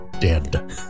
dead